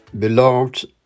Beloved